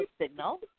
signal